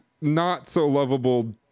not-so-lovable